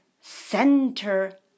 center